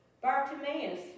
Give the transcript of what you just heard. Bartimaeus